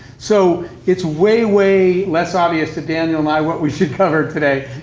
so it's way, way less obvious to daniel and i what we should cover today.